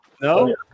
no